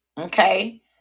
Okay